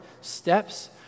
steps